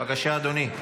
בבקשה, אדוני.